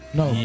no